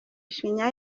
ishinya